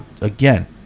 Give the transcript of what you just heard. again